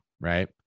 right